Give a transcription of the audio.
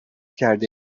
کرده